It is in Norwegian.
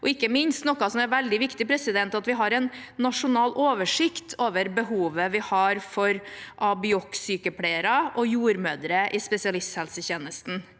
og ikke minst noe som er veldig viktig: at vi har en nasjonal oversikt over behovet vi har for ABIOK-sykepleiere og jordmødre i spesialisthelsetjenesten.